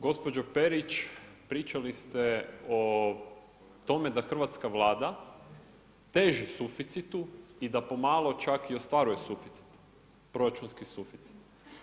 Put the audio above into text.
Gospođo Perić, pričali ste o tome da hrvatska Vlada teži suficitu i da pomalo čak i ostvaruje proračunski suficit.